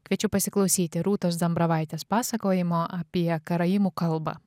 kviečiu pasiklausyti rūtos dambravaitės pasakojimo apie karaimų kalbą